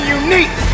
unique